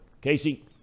Casey